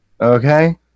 Okay